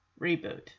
reboot